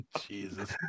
Jesus